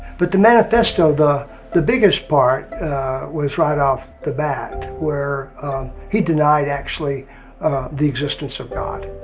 but the manifesto, the the biggest part was right off the bat where he denied actually the existence of god.